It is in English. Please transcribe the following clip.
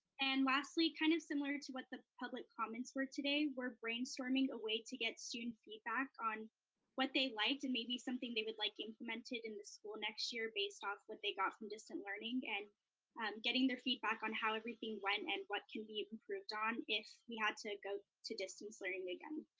and lastly, kind of similar to what the public comments were today, we're brainstorming a way to get student feedback on what they liked, and maybe something they would like implemented in the school next year based off what they got from distant learning, and getting their feedback on how everything went and what can be improved on if we had to go to distance learning again.